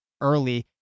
early